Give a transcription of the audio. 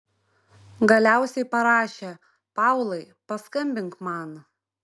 galiausiai parašė paulai paskambink man